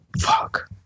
Fuck